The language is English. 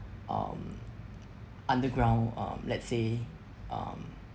um underground um let's say um